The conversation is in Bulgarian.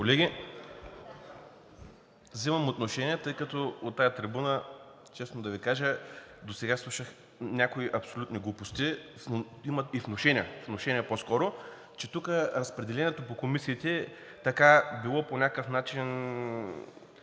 Колеги, взимам отношение, тъй като от тази трибуна, честно да Ви кажа, досега слушах някои абсолютни глупости, внушения по-скоро, че тук разпределението по комисиите било по някакъв начин